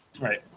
Right